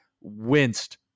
winced